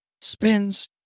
spins